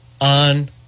on